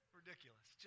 ridiculous